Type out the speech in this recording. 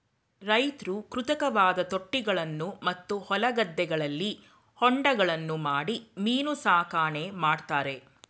ರೈತ್ರು ಕೃತಕವಾದ ತೊಟ್ಟಿಗಳನ್ನು ಮತ್ತು ಹೊಲ ಗದ್ದೆಗಳಲ್ಲಿ ಹೊಂಡಗಳನ್ನು ಮಾಡಿ ಮೀನು ಸಾಕಣೆ ಮಾಡ್ತರೆ